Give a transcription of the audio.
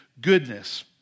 goodness